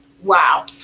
wow